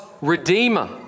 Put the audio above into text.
redeemer